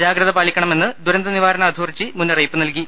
ജാഗ്രത പാലിക്കണമെന്ന് ദുരന്ത നിവാ രണ അതോറിറ്റി മുന്നറിയിപ്പ് നൽകി